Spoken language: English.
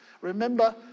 Remember